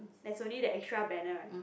there is only the extra banner right